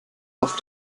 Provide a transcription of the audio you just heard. auf